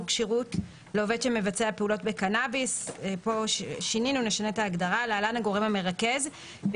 כשירות לעובד שמבצע פעולות בקנאביס (להלן - הגורם המרכז)